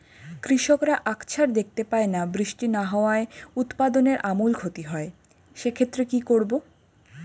কৃষকরা আকছার দেখতে পায় বৃষ্টি না হওয়ায় উৎপাদনের আমূল ক্ষতি হয়, সে ক্ষেত্রে কি করব?